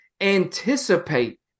anticipate